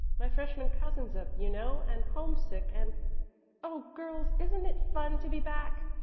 my freshman cousin's up, you know, and homesick and oh, girls, isn't it fun to be back?